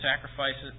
sacrifices